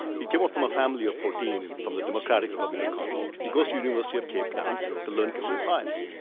he came up from a family of fourteen and from the democratic republic of congo. he goes to the university of cape town to learn computer science.